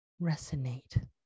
resonate